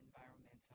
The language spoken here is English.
environmental